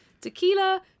Tequila